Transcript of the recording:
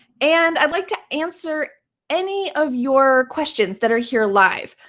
and i'd like to answer any of your questions that are here live.